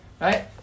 right